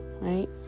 Right